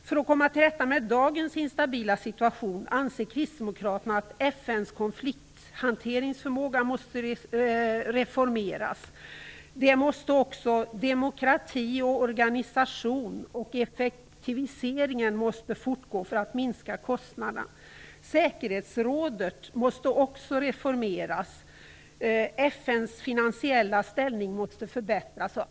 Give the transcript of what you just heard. För att komma till rätta med dagens instabila situation anser kristdemokraterna att FN:s konflikthanteringsförmåga måste reformeras. Det måste också demokratin och organisationen, och effektiviseringen måste fortgå för att minska kostnaderna. Säkerhetsrådet måste reformeras. FN:s finansiella ställning måste förbättras.